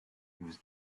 was